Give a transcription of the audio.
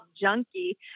junkie